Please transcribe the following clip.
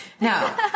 No